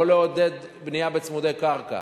לא לעודד בנייה של צמודי קרקע.